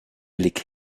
blick